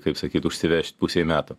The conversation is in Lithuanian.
kaip sakyt užsivežt pusei metų